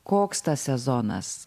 koks tas sezonas